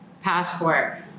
passport